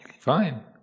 Fine